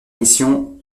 mission